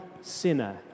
sinner